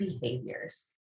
behaviors